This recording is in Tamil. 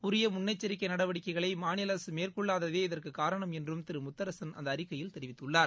உரிய முன்னெச்சிக்கை நடவடிக்கைகளை மாநில அரசு மேற்கொள்ளாததே இதற்குக் காரணம் என்றம் திரு முத்தரசன் அந்த அறிக்கையில் தெரிவித்துள்ளார்